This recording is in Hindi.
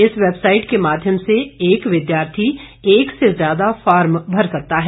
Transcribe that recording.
इस वैबसाईट के माध्यम से एक विद्यार्थी एक से ज्यादा फार्म भर सकता है